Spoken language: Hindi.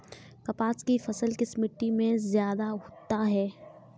कपास की फसल किस मिट्टी में ज्यादा होता है?